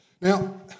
Now